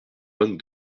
vingt